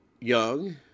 young